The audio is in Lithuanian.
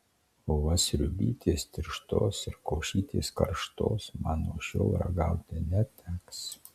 o va sriubytės tirštos ir košytės karštos man nuo šiol ragauti neteks